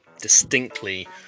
distinctly